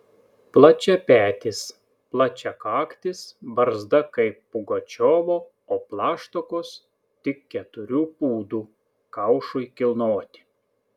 plačiapetis plačiakaktis barzda kaip pugačiovo o plaštakos tik keturių pūdų kaušui kilnoti